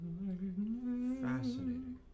fascinating